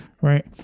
right